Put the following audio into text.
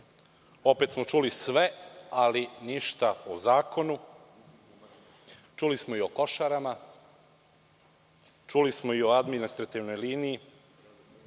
Opet smo čuli sve, ali ništa o zakonu. Čuli smo i o Košarama, čuli smo i o administrativnoj